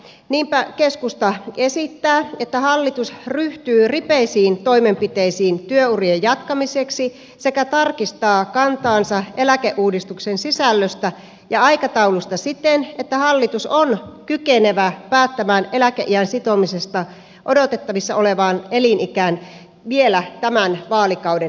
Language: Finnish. niinpä keskusta esittää että hallitus ryhtyy ripeisiin toimenpiteisiin työurien jatkamiseksi sekä tarkistaa kantaansa eläkeuudistuksen sisällöstä ja aikataulusta siten että hallitus on kykenevä päättämään eläkeiän sitomisesta odotettavissa olevaan elinikään vielä tämän vaalikauden aikana